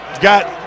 got